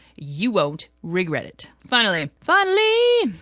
you won't regret it. finally finally!